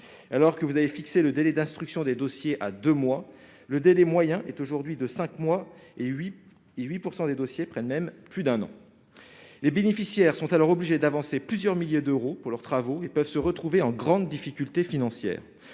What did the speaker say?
alors que vous avez fixé le délai d'instruction des dossiers à 2 mois le délai moyen est aujourd'hui de 5 mois et 8 et 8 % des dossiers prennent même plus d'un an, les bénéficiaires sont alors obligés d'avancer plusieurs milliers d'euros pour leurs travaux, ils peuvent se retrouver en grande difficulté financière